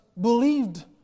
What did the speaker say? believed